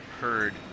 heard